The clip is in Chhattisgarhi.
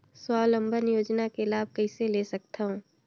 स्वावलंबन योजना के लाभ कइसे ले सकथव?